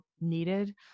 needed